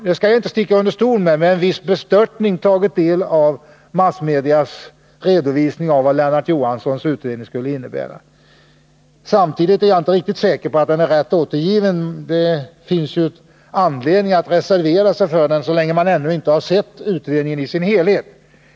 Jag skall inte sticka under stol med att jag med viss bestörtning har tagit del av massmedias redovisning av Lennart Johanssons utredning. Jag är dock inte riktigt säker på att den är rätt återgiven. Det finns anledning att reservera sig för redogörelsen till dess vi får se den i dess helhet.